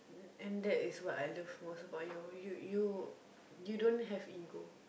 and that is what I love most about you you you you don't have ego